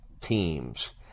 teams